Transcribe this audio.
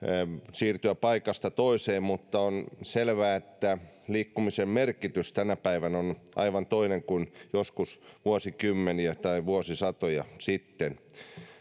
siirtyä paikasta toiseen mutta on selvää että liikkumisen merkitys tänä päivänä on aivan toinen kuin joskus vuosikymmeniä tai vuosisatoja sitten